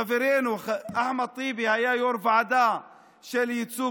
חברנו אחמד טיבי היה יו"ר ועדה של ייצוג